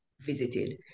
visited